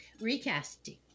Recasting